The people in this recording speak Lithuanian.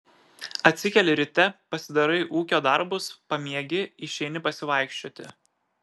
atsikeli ryte pasidarai ūkio darbus pamiegi išeini pasivaikščioti